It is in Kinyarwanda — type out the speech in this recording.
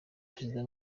prezida